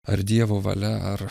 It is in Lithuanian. ar dievo valia ar